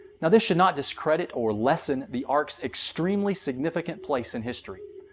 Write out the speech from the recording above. now this should not discredit or lessen the ark's extremely significant place in history,